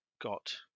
got